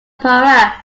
pariah